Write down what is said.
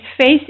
face